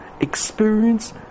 experience